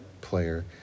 player